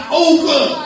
over